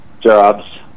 jobs